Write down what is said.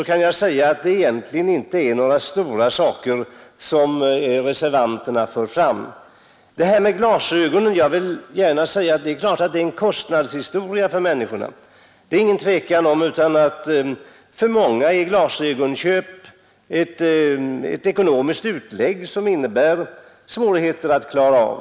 Handikappvård, Det är egentligen inga stora saker som reservanterna för fram i de arbetsmiljö m.m. reservationer som finns fogade till utskottets betänkande. Vad frågan om glasögonen angår är det givetvis en kostsam sak att skaffa sig glasögon, och för många människor innebär ett glasögonköp utan tvivel ett ekonomiskt utlägg som det är svårt att klara av.